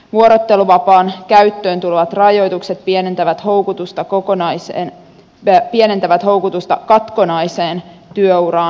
vuorotteluvapaan käyttöön tulevat rajoitukset pienentävät houkutusta katkonaiseen työuraan